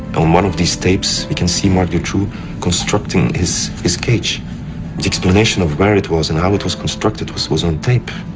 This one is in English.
on one of these tapes you can see marc dutroux constructing his cage. the explanation of where it was and how it was constructed was was on tape.